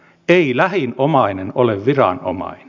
ei lähin omainen ole viranomainen